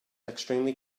extremely